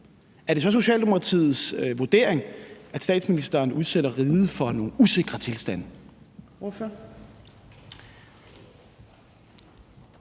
Er det så Socialdemokratiets vurdering, at statsministeren udsætter riget for nogle usikre tilstande?